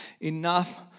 enough